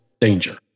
danger